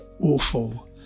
awful